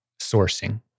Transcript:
sourcing